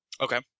Okay